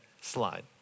slide